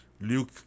Luke